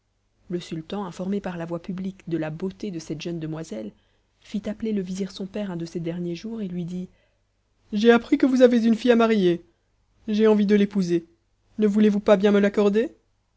le sultan informé par la voie publique de la beauté de cette jeune demoiselle fit appeler le vizir son père un de ces derniers jours et lui dit j'ai appris que vous avez une fille à marier j'ai envie de l'épouser ne voulez-vous pas bien me l'accorder